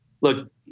Look